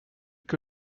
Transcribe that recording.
que